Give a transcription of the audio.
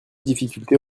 difficulté